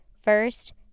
first